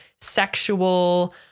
sexual